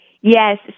Yes